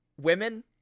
women